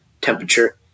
temperature